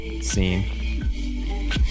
scene